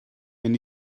mynd